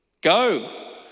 go